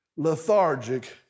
lethargic